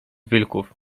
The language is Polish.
wilków